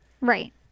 Right